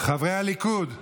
חברי הליכוד,